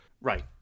Right